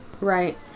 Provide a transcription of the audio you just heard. Right